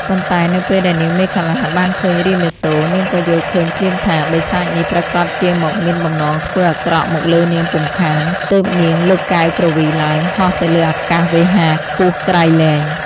ប៉ុន្តែនៅពេលដែលនាងមេខលាបានឃើញរាមាសូរ នាងក៏យល់ឃើញភ្លាមថា បិសាចនេះប្រាកដជាមកមានបំណងធ្វើអាក្រក់មកលើនាងពុំខាន ទើបនាងលើកកែវគ្រវីឡើង ហោះទៅលើអាកាសវេហាខ្ពស់ក្រៃលែង។